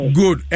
good